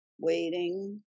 waiting